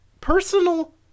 personal